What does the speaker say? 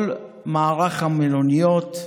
כל מערך המלוניות,